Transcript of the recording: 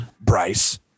Bryce